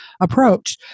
approach